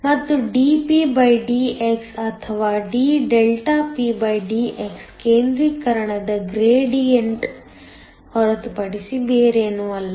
ಮತ್ತು dpdx ಅಥವಾ d∆pdx ಕೇಂದ್ರೀಕರಣದ ಗ್ರೇಡಿಯಂಟ್ ಹೊರತುಪಡಿಸಿ ಬೇರೇನೂ ಅಲ್ಲ